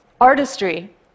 Artistry